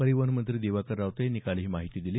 परिवहन मंत्री दिवाकर रावते यांनी काल ही माहिती दिली